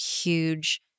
huge